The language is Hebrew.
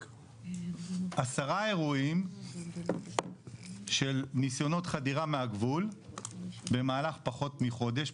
עשרה אירועים של נסיונות חדירה מהגבול במהלך פחות מחודש,